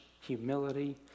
humility